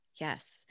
Yes